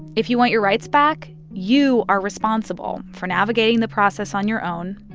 if you want your rights back, you are responsible for navigating the process on your own.